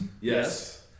Yes